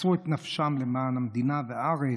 שמסרו את נפשם למען המדינה והארץ,